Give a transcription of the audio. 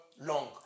long